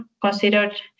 considered